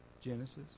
Genesis